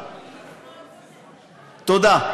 תודה.